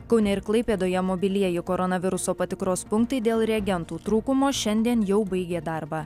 kaune ir klaipėdoje mobilieji koronaviruso patikros punktai dėl reagentų trūkumo šiandien jau baigė darbą